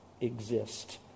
exist